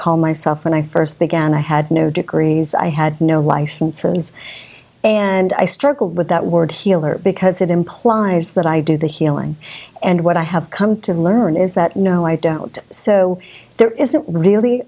call myself when i first began i had no degrees i had no licenses and i struggled with that word healer because it implies that i do the healing and what i have come to learn is that no i doubt so there isn't really